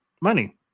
money